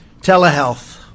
telehealth